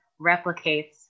replicates